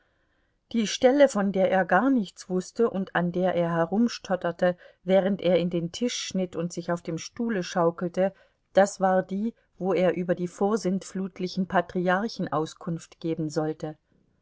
die stelle von der er gar nichts wußte und an der er herumstotterte während er in den tisch schnitt und sich auf dem stuhle schaukelte das war die wo er über die vorsintflutlichen patriarchen auskunft geben sollte